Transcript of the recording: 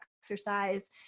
exercise